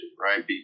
right